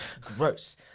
Gross